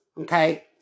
Okay